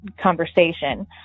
conversation